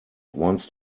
wants